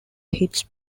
hits